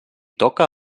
toca